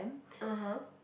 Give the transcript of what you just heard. uh-huh